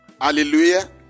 Hallelujah